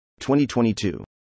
2022